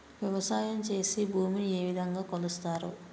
వ్యవసాయం చేసి భూమిని ఏ విధంగా కొలుస్తారు?